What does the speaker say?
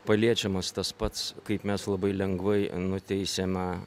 paliečiamas tas pats kaip mes labai lengvai nuteisiame